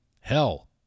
Hell